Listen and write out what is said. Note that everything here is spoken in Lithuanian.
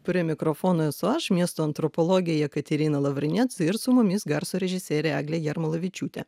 prie mikrofono esu aš miesto antropologė jekaterina lavrinec ir su mumis garso režisierė eglė jarmalavičiūte